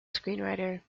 screenwriter